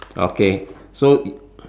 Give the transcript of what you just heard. okay so